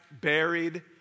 buried